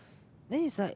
then is like